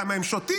כמה הם שותים,